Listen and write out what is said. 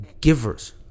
givers